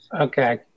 Okay